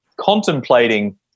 contemplating